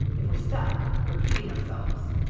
if we're stuck repeating ourselves,